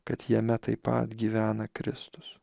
kad jame taip pat gyvena kristus